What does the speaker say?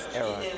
era